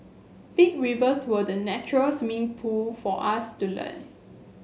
big rivers were the natural swimming pool for us to learn